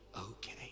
okay